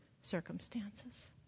circumstances